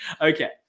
Okay